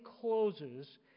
closes